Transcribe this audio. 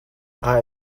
are